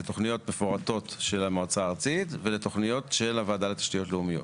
לתוכניות מפורטות של המועצה הארצית ולתוכניות של הוועדה לתשתיות לאומיות